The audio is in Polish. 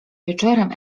wieczorem